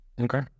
Okay